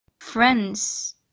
Friends